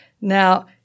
Now